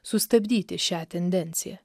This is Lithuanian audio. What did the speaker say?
sustabdyti šią tendenciją